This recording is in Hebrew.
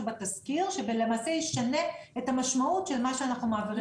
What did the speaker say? בתזכיר שלמעשה ישנה את המשמעות של מה שאנחנו מעבירים עכשיו.